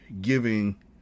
giving